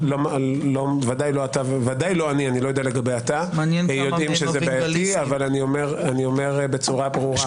אני ודאי לא יודע שזה בעייתי אבל אני רוצה לומר בצורה ברורה.